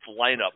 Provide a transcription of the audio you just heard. lineup